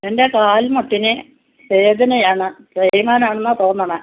എൻ്റെ കാൽ മുട്ടിന് വേദന ആണ് തേയ്മാനം ആണെന്നാണ് തോന്നണത്